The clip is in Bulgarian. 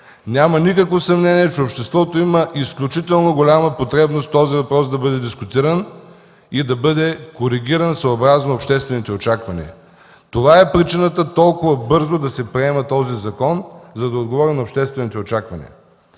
Няма никакво съмнение, че обществото има изключително голяма потребност този въпрос да бъде дискутиран и да бъде коригиран, съобразно обществените очаквания. Това е причината толкова бързо да се приема този закон, за да отговорим на обществените очаквания.